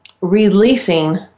releasing